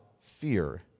fear